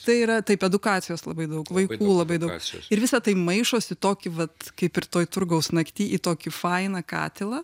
tai yra taip edukacijos labai daug vaikų labai daug ir visa tai maišos į tokį vat kaip ir toj turgaus naktyj į tokį fainą katilą